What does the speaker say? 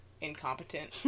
incompetent